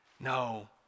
No